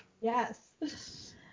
yes